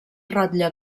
rotlle